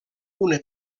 una